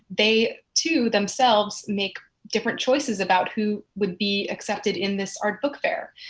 they, too, themselves make different choices about who would be accepted in this art book fair.